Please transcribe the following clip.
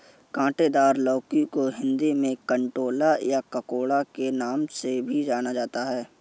काँटेदार लौकी को हिंदी में कंटोला या ककोड़ा के नाम से भी जाना जाता है